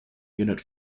unit